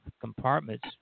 compartments